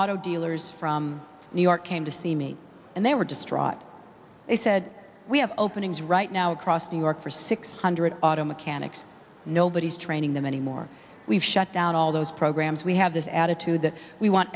auto dealers from new york came to see me and they were distraught they said we have openings right now across new york for six hundred auto mechanics nobody's training them anymore we've shut down all those programs we have this attitude that we want